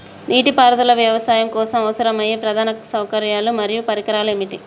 నీటిపారుదల వ్యవసాయం కోసం అవసరమయ్యే ప్రధాన సౌకర్యాలు మరియు పరికరాలు ఏమిటి?